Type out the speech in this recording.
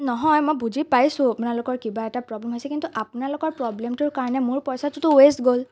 নহয় মই বুজি পাইছোঁ আপোনালোকৰ কিবা এটা প্ৰব্লেম হৈছে কিন্তু আপোনালোকৰ প্ৰব্লেমটোৰ কাৰণে মোৰ পইচাটোতো ৱেষ্ট গ'ল